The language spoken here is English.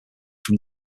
from